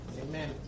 Amen